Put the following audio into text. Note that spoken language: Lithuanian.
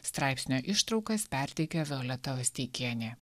straipsnio ištraukas perteikia violeta osteikienė